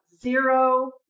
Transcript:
zero